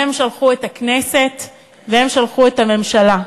הם שלחו את הכנסת והם שלחו את הממשלה.